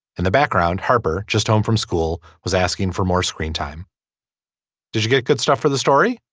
in the background. harper just home from school was asking for more screen time did you get good stuff for the story.